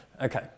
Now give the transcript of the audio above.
Okay